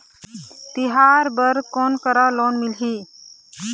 तिहार बर कोन करा लोन मिलही?